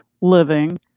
Living